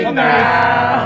now